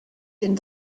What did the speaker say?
den